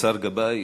השר גבאי,